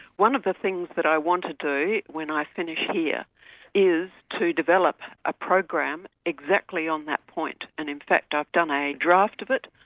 one of the things that i want to do when i finish here is to develop a program exactly on that point. and in fact i've done a draft of it,